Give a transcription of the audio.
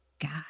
God